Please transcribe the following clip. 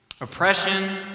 Oppression